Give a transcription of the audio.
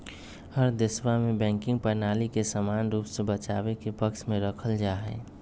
हर देशवा में बैंकिंग प्रणाली के समान रूप से बचाव के पक्ष में रखल जाहई